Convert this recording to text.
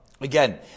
Again